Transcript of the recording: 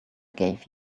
gave